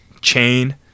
chain